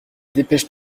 dépêche